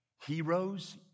Heroes